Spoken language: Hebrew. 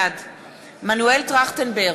בעד מנואל טרכטנברג,